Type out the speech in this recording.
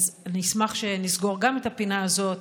אשמח שנסגור גם את הפינה הזאת,